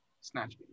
Snatch